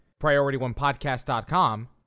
PriorityOnePodcast.com